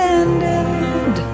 ended